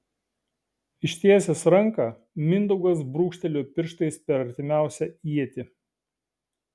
ištiesęs ranką mindaugas brūkštelėjo pirštais per artimiausią ietį